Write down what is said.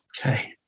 okay